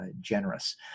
generous